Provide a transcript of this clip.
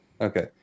okay